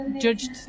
judged